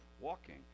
walking